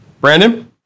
Brandon